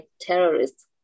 terrorists